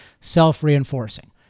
self-reinforcing